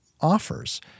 offers